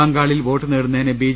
ബംഗാളിൽ വോട്ട് നേടുന്നതിന് ബ്പി